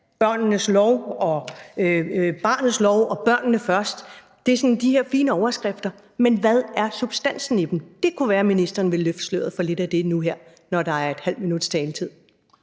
lanceret barnets lov og »Børnene først«. Det er sådan de her fine overskrifter, men hvad er substansen i dem? Det kunne være, at ministeren ville løfte sløret for lidt af det nu her, når der er ½ minuts taletid.